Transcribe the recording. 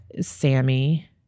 Sammy